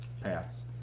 paths